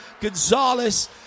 Gonzalez